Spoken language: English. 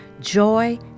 joy